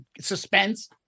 suspense